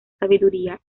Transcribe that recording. sabiduría